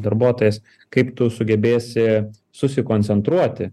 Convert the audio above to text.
darbuotojas kaip tu sugebėsi susikoncentruoti